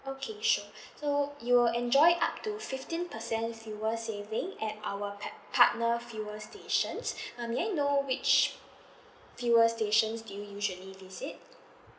okay sure so you will enjoy it up to fifteen percent fuel saving at our par~ partnered fuel stations uh may I know which fuel stations do you usually use it